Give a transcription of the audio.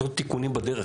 צריך לעשות תיקונים בדרך,